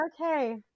Okay